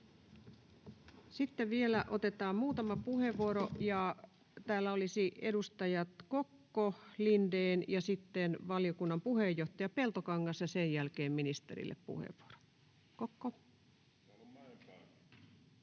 Sitten vielä otetaan muutama puheenvuoro. Täällä olisivat edustajat Kokko, Lindén ja sitten valiokunnan puheenjohtaja Peltokangas, ja sen jälkeen ministerille puheenvuoro. — Kokko.